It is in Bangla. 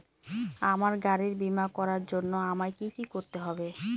আমার গাড়ির বীমা করার জন্য আমায় কি কী করতে হবে?